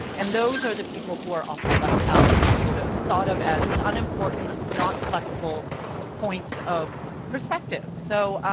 and those are the people who are often left out, in sort of, thought of as unimportant, not collectible points of perspective. so,